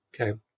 Okay